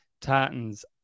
titans